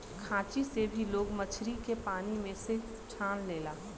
खांची से भी लोग मछरी के पानी में से छान लेला